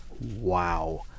Wow